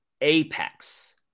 apex